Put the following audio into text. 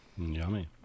Yummy